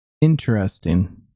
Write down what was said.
Interesting